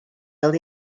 fel